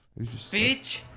Bitch